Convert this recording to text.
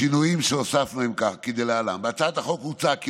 השינויים שהוספנו הם כדלהלן: בהצעת החוק הוצע כי